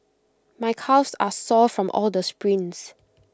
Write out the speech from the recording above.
my calves are sore from all the sprints